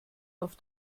auf